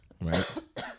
right